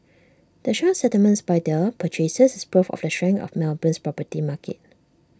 the strong settlements by the purchasers is proof of the strength of Melbourne's property market